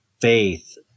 faith